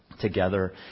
together